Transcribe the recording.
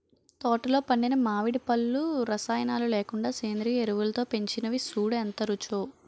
తోటలో పండిన మావిడి పళ్ళు రసాయనాలు లేకుండా సేంద్రియ ఎరువులతో పెంచినవి సూడూ ఎంత రుచో